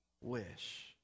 wish